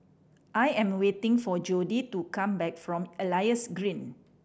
I am waiting for Jodi to come back from Elias Green